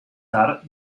tard